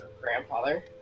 grandfather